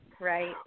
Right